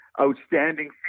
outstanding